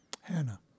Hannah